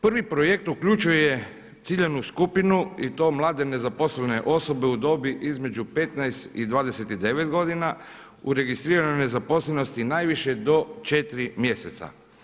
Prvi projekt uključuje ciljanu skupinu i to mlade nezaposlene osobe u dobi između 15 i 29 godina u registriranoj nezaposlenosti najviše do 4 mjeseca.